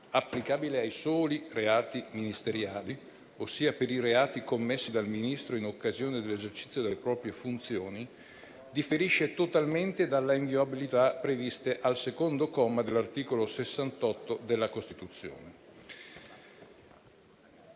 applicabile ai soli reati ministeriali, ossia per i reati commessi dal ministro in occasione dell'esercizio delle proprie funzioni, differisce totalmente dall'inviolabilità prevista al secondo comma dell'articolo 68 della Costituzione.